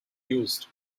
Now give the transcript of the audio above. used